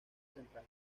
central